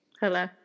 Hello